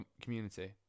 community